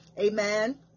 amen